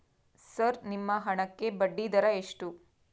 Sir ನಿಮ್ಮ ಹಣಕ್ಕೆ ಬಡ್ಡಿದರ ಎಷ್ಟು?